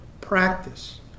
practice